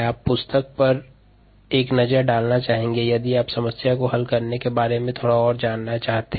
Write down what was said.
आप पुस्तक पर एक नज़र डालना चाहेंगे यदि आप समस्या को हल करने के बारे में थोड़ा और जानना चाहते हैं